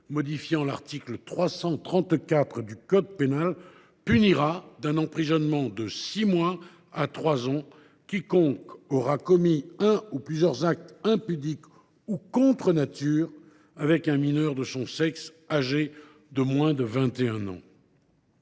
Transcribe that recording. modifiant l’article 334 du code pénal punit en effet d’une peine d’emprisonnement de six mois à trois ans quiconque commet un ou plusieurs actes impudiques ou contre nature avec un mineur de son sexe âgé de moins de 21 ans.